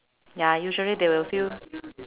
ya usually they will feel